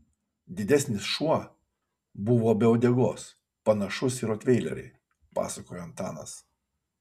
didesnis šuo buvo be uodegos panašus į rotveilerį pasakojo antanas